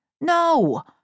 No